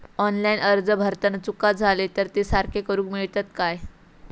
Online अर्ज भरताना चुका जाले तर ते सारके करुक मेळतत काय?